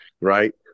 right